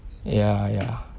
ya ya